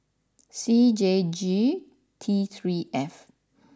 C J G T three F